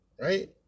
Right